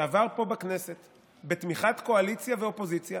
שעבר פה בכנסת בתמיכת הקואליציה והאופוזיציה,